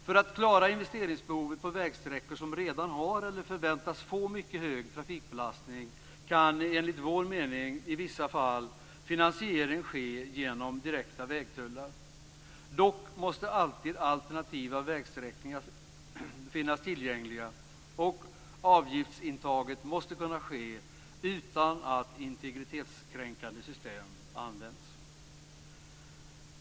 För att klara investeringsbehovet på vägsträckor som redan har eller förväntas få mycket hög trafikbelastning kan enligt vår mening i vissa fall finansiering ske genom direkta vägtullar. Dock måste alltid alternativa vägsträckningar finnas tillgängliga, och avgiftsuttaget måste kunna ske utan att integritetskränkande system används.